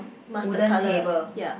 wooden table